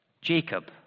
Jacob